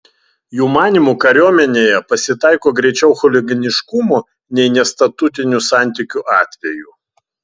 jų manymu kariuomenėje pasitaiko greičiau chuliganiškumo nei nestatutinių santykių atvejų